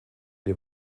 die